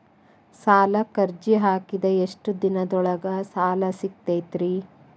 ಸಾಲಕ್ಕ ಅರ್ಜಿ ಹಾಕಿದ್ ಎಷ್ಟ ದಿನದೊಳಗ ಸಾಲ ಸಿಗತೈತ್ರಿ?